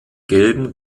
gelben